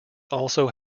also